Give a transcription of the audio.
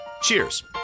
Cheers